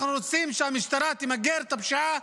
אנחנו רוצים שהמשטרה תמגר את הפשיעה